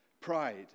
pride